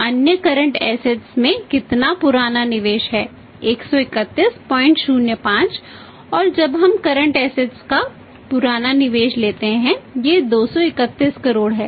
यह रिसिवेबल्स में नया निवेश है